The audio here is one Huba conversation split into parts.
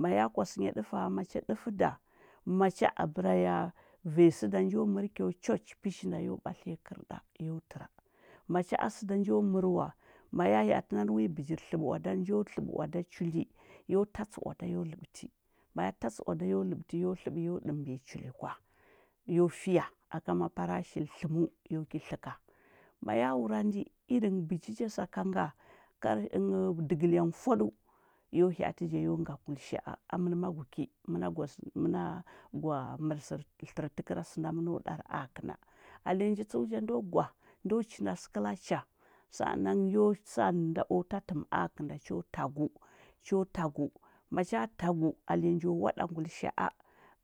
Ma ya kwasanya ɗəfə macha ɗəfə da, macha abəra ya, vanya səda njo mər kyo church pəshinda, yo ɓatliya kərɗa, yo təra. Macha a səda njo mər wa, ma ya hya atə ngani wi bəjir tləɓə oada nə njo tləɓə oada chuli, yo tatsə oada yo ləɓəti. Ma ya tatsə oada yo ləɓəti yo tləbə yo ɗəmbiya chuli kwa, yo fiya. Aka ma para shili tləməu, yo ki tləka. Maya ya wurandi, irin bəji ja saka nga, kar dəgə lyang fwaɗəu, hyo hya atə ja yo nga ngulisha a, a mən ma gu ki, məna sə məna gwa mər sə tlər təkəra sənda məno ɗar akə na. Alenya nji tsəu ja ndo gwa, njo chindi sə kəla cha, sa anan yo sa ndə nda o ta təm akə nda cho tagu cho tagu. Macha tagu, alenya njo waɗa ngulisha a.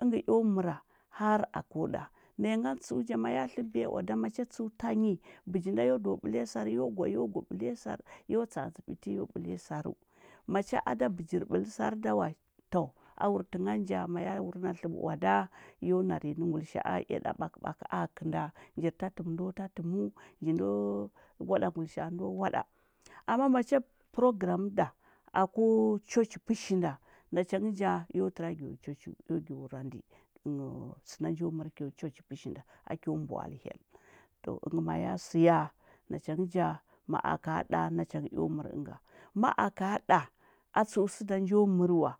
Əngə eo məra, har akəu o ɗa. Naya ngan tsəu ja, ma ya tləɓəbiya oada, macha tsəutanyi bəji nda yo biya ɓəliyasar, yo biya yo biya ɓəliyasar, yo tsa anzə ɓiti yo ɓəliyasarəu. Macha a da bəjir ɓəlsar da wa, to, a wurti nganja. Ma ya wur na tləɓə oada, yo nar nyi nə ngulisha a, ea ɗa ɓakəɓakə akə nda, njir ta təm ndo ta təməu. nji ndo- waɗa ngulisha a ndo waɗa. Amma macha program da aku church pəshinda, nacha ngə ja, eo təra gyo church, eo gi wurandi ənghəu sənda njo məra kyo church pəshinda a kyo mbwa ala hyel. to əngə ma ya səya, nacha ngə ja, ma akə a ɗa nacha eo mər ənga. Ma akə a ɗa, a tsəu səda njo məra wa.